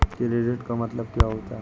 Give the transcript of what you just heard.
Credit का मतलब क्या होता है?